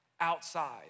outside